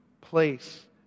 place